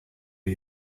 are